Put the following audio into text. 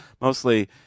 mostly